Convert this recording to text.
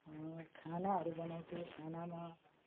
खानाहरू बनाउँछु खानामा